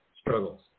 struggles